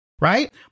Right